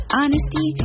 honesty